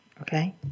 Okay